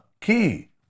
key